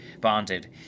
bonded